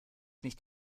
nicht